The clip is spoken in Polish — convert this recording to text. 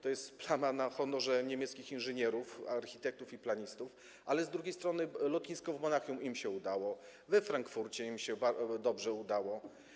To jest plama na honorze niemieckich inżynierów, architektów i planistów, ale z drugiej strony lotnisko w Monachium im się udało, we Frankfurcie im się udało.